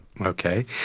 Okay